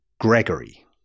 Gregory